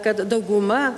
kad dauguma